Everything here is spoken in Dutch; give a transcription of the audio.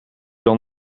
dan